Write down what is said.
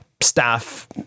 staff